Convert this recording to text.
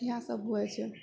यऽ सब होइत छै